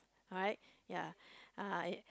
right ya I